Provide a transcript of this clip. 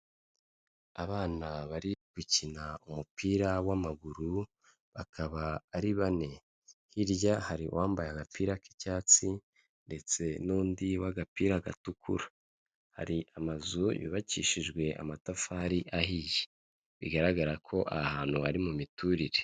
Abana bari gukina umupira w'amaguru bakaba ari bane, hirya hari uwambaye agapira k'icyatsi ndetse n'undi w'agapira gatukura, hari amazu yubakishijwe amatafari ahiye bigaragara ko ahantu bari mu miturire.